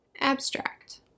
Abstract